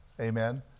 Amen